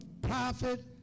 prophet